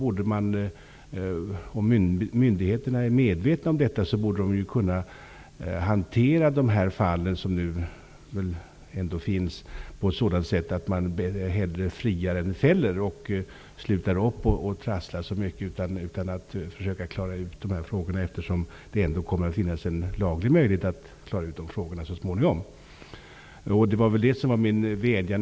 Om myndigheterna är medvetna om detta så borde de väl kunna hantera de fall som nu finns genom att hellre fria än fälla. Myndigheterna skulle kunna sluta med att trassla så mycket och i stället försöka reda ut fallen, eftersom det ändå kommer att finnas en laglig möjlighet att klara ut dessa frågor så småningom.